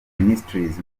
ministries